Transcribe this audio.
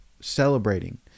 celebrating